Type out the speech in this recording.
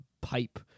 pipe